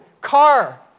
car